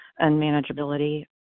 unmanageability